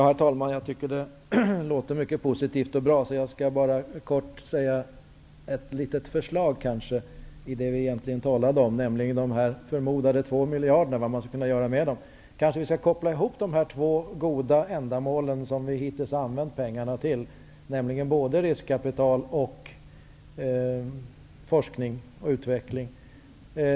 Herr talman! Jag tycker att detta låter mycket positivt och bra. Jag vill bara kort komma med ett litet förslag när det gäller det vi egentligen talade om, nämligen vad man skulle kunna göra med dessa förmodade två miljarder. Vi kanske kan koppla ihop de två goda ändamål som vi hittills har använt pengarna till, nämligen riskkapital och forskning och utveckling.